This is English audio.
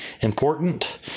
important